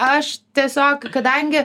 aš tiesiog kadangi